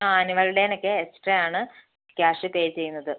ആനുവൽഡേയിനൊക്കെ എക്സ്ട്രായാണ് cash pay ചെയ്യുന്നത്